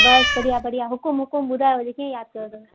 बस बढ़िया बढ़िया हुकुमु हुकुमु ॿुधायो अॼु कीअं यादि कयो अथव